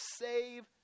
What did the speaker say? save